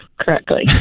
correctly